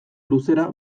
luzera